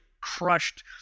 crushed